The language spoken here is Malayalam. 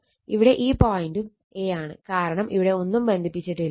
ഇവിടെ ഈ പോയിന്റും a ആണ് കാരണം ഇവിടെ ഒന്നും ബന്ധിപ്പിച്ചിട്ടില്ല